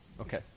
Okay